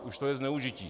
Už to je zneužití.